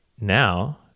now